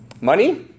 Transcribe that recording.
money